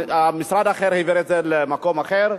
משרד אחר העביר את זה למקום אחר.